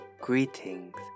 greetings